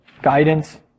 Guidance